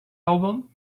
album